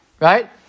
Right